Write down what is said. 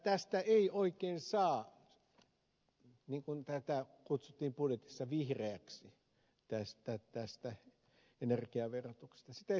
tästä energiaverotuksesta ei oikein niin kuin tätä kutsuttiin budjetissa vihreäksi saa vihreää